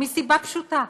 מסיבה פשוטה,